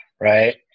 right